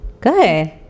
Good